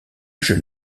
jeune